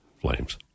Flames